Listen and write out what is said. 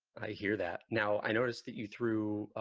hear that. now i noticed that you threw,